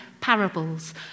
parables